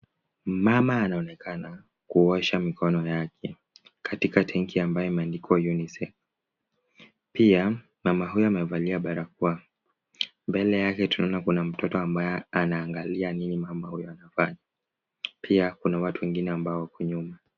Mmaama anaonekana kuosha mikono yake katika tenki ambayo imeandikwa "UNICEF", pia mama huyu amevalia barakoa. Mbele yake tunaona kuna mtoto ambaye anaangalia nini mama huyu anafanya pia kuna watu wengine ambao wako nyuma.